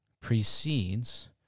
precedes